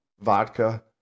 vodka